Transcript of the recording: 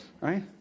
Right